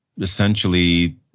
essentially